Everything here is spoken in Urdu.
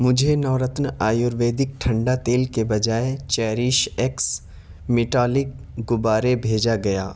مجھے نورتن آیورویدک ٹھنڈا تیل کے بجائے چیریش ایکس میٹالک غبارے بھیجا گیا